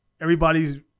everybody's